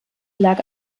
lag